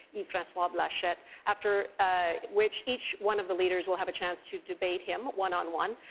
yves-francois blanchet, after which, each one of the leaders will have a chance to debate him, one on one.